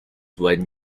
when